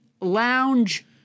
lounge